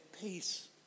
Peace